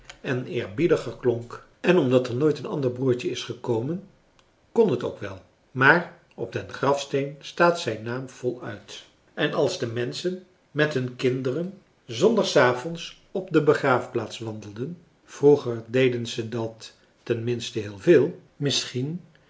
en eerbiediger klonk en omdat er nooit françois haverschmidt familie en kennissen een ander broertje is gekomen kon het ook wel maar op den grafsteen staat zijn naam voluit en als de menschen met hun kinderen s zondagsavonds op de begraafplaats wandelen vroeger deden ze dat ten minste heel veel